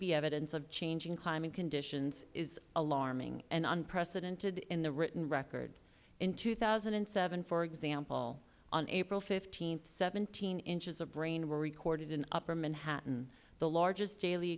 be evidence of changing climate conditions is alarming and unprecedented in the written record in two thousand and seven for example on april th seventeen inches of rain were recorded in upper manhattan the largest daily